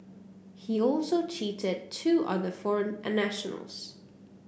he also cheated two other foreign nationals